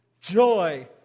joy